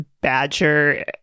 Badger